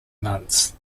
months